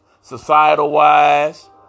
societal-wise